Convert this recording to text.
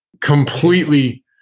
completely